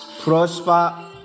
Prosper